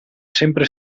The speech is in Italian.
sempre